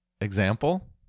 example